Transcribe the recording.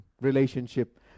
relationship